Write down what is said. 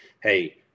hey